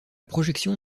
projection